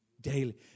Daily